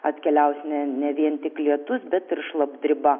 atkeliaus ne ne vien tik lietus bet ir šlapdriba